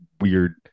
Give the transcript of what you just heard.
weird